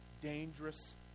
dangerous